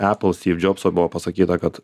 apple styv džobso buvo pasakyta kad